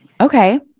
Okay